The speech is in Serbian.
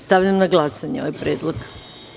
Stavljam na glasanje ovaj predlog.